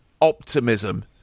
optimism